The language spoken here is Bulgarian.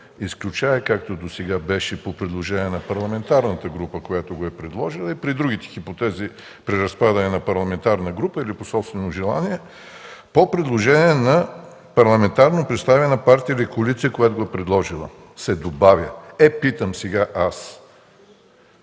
изключая както беше досега – по предложение на парламентарната група, която го е предложила, или при други процеси – при разпадане на парламентарна група, или по собствено желание. Добавя се „по предложение на парламентарно представена партия или коалиция, която го е предложила”. Е, аз питам – сега